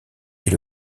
est